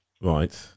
right